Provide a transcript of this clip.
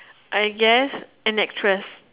I guess an actress